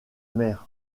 mer